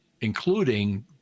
including